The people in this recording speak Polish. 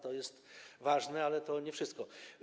To jest ważne, ale to nie wszystko.